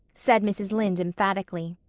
said mrs. lynde emphatically.